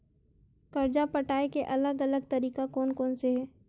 कर्जा पटाये के अलग अलग तरीका कोन कोन से हे?